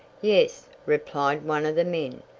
yes, replied one of the men.